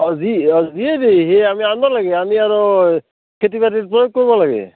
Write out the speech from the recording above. অঁ যি অঁ যিয়ে দে সেই আমি আনিব লাগে আনি আৰু খেতি বাতি প্ৰয়োগ কৰিব লাগে